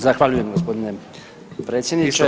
Zahvaljujem gospodine predsjedniče.